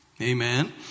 Amen